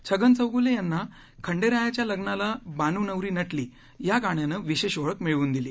छगन चौघले यांना खंडेरायाच्या लग्नाला बानु नवरी नटली या गाण्यानं विशेष ओळख मिळवून दिली